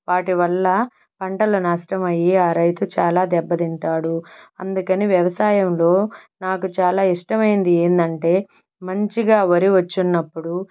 వాటి వల్ల పంటలు నష్టమయి ఆ రైతు చాలా దెబ్బతింటాడు అందుకని వ్యవసాయంలో నాకు చాలా ఇష్టమైంది ఏంటంటే మంచిగా వరి వచ్చి ఉన్నపుడు